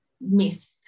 myth